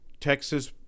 Texas